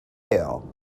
hill